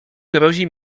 grozi